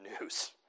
news